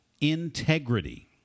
integrity